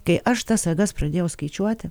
kai aš tas sagas pradėjau skaičiuoti